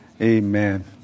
Amen